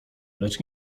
lecz